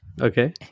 Okay